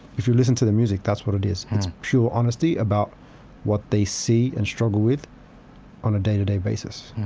if you listen to the music, that's what it is. it's pure honesty about what they see and struggle with on a day to day basis.